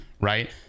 right